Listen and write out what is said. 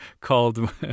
called